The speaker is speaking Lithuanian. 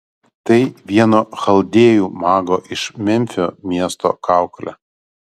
tai vieno chaldėjų mago iš memfio miesto kaukolė